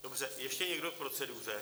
Dobře, ještě někdo k proceduře?